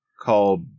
called